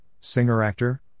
singer-actor